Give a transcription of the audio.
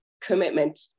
commitment